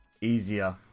easier